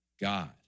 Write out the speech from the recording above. God